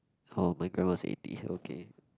oh my grandma is eighty it's okay